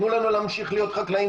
תנו לנו להמשיך להיות חקלאיים.